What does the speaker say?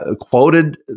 quoted